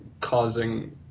causing